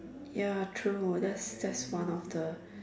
ya true that's that's one of the